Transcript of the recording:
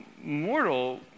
mortal